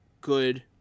good